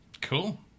Cool